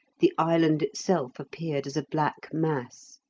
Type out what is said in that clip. the island itself appeared as a black mass.